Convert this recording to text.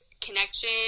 connection